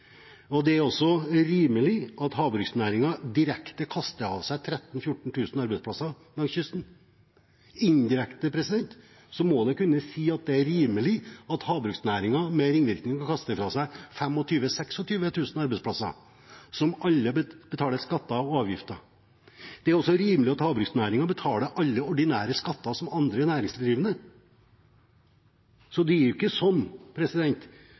2015. Det er også rimelig at havbruksnæringen direkte kaster av seg 13 000–14 000 arbeidsplasser langs kysten. Indirekte må en kunne si at det er rimelig at havbruksnæringen med ringvirkninger kaster av seg 25 000–26 000 arbeidsplasser, som alle bidrar til skatter og avgifter. Det er også rimelig at havbruksnæringen betaler alle ordinære skatter som andre næringsdrivende. Det er ikke sånn